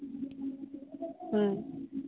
হুম